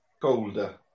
Colder